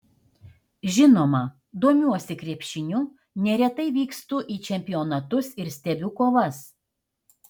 žinoma domiuosi krepšiniu neretai vykstu į čempionatus ir stebiu kovas